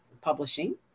publishing